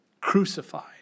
crucified